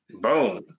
Boom